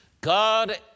God